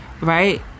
right